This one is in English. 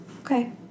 Okay